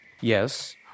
Yes